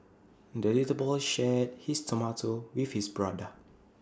the little boy shared his tomato with his brother